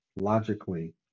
logically